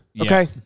Okay